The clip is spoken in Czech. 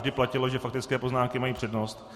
A vždy platilo, že faktické poznámky mají přednost.